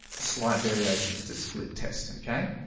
slight variation to split test, okay